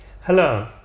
Hello